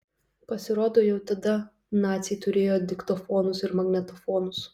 pasirodo jau tada naciai turėjo diktofonus ir magnetofonus